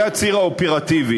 זה הציר האופרטיבי.